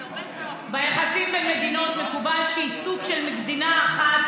ביחסים בין מדינות מקובל שעיסוק של מדינה אחת